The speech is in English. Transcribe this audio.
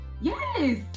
Yes